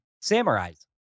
Samurai's